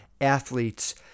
athletes